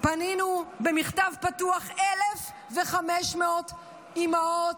פנינו במכתב פתוח, 1,500 אימהות,